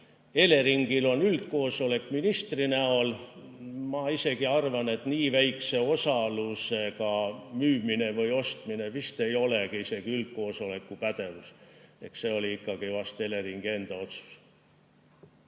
Eleringil on üldkoosolek ministri näol. Ma isegi arvan, et nii väikese osalusega müümine või ostmine vist ei ole isegi üldkoosoleku pädevus. See oli ikkagi vast Eleringi enda otsus.